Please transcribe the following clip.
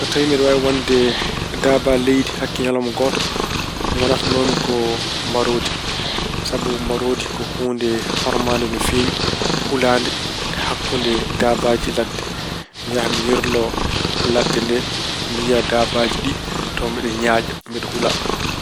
So tawi mbeɗe waawi wonde daabaa leydi hakke ñalawma gooto, ngonatnoo-mi ko mbaroodi. Sabu mbaroodi ko huunde hormaade no feewi, hulaande hakkunde daabaaji ladde. Mi yaha mi yirlo ladde mi yiya daabaaji tawa mbeɗa ñaaƴa, mbeɗa hula.